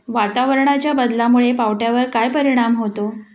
वातावरणाच्या बदलामुळे पावट्यावर काय परिणाम होतो?